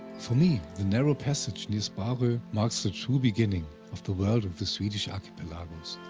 for me, the narrow passage near sparo marks the true beginning of the world of the swedish archipelagos,